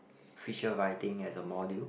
feature writing as a module